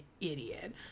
idiot